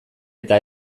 eta